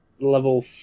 level